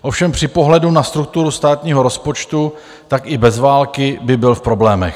Ovšem při pohledu na strukturu státního rozpočtu i bez války by byl v problémech.